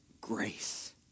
grace